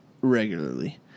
regularly